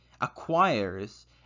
acquires